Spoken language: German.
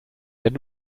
wenn